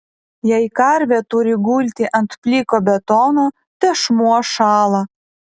jei karvė turi gulti ant pliko betono tešmuo šąla